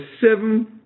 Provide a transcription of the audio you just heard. seven